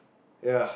ya